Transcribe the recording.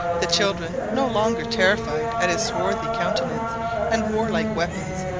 the children, no longer terrified at his swarthy countenance and warlike weapons,